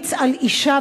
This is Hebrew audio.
להמליץ על אישה,